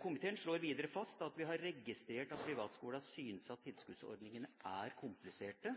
Komiteen slår videre fast at den har registrert at privatskolene synes at tilskuddsordningene er kompliserte,